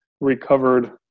recovered